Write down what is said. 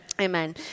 Amen